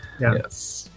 yes